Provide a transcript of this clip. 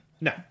No